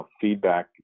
feedback